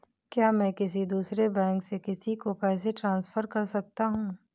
क्या मैं किसी दूसरे बैंक से किसी को पैसे ट्रांसफर कर सकता हूँ?